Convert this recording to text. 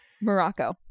morocco